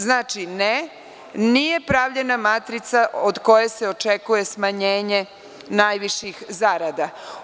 Znači, ne, nije pravljena matrica od koje se očekuje smanjenje najviših zarada.